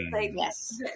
yes